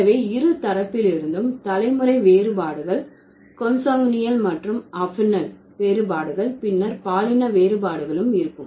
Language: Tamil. எனவே இரு தரப்பிலிருந்தும் தலைமுறை வேறுபாடுகள் கொண்சங்குனியால் மற்றும் அஃபினல் வேறுபாடுகள் பின்னர் பாலின வேறுபாடுகளும் இருக்கும்